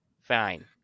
fine